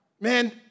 Man